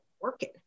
working